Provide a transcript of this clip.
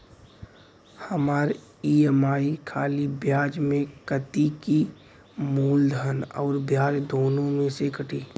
हमार ई.एम.आई खाली ब्याज में कती की मूलधन अउर ब्याज दोनों में से कटी?